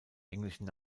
englischen